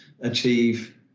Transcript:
achieve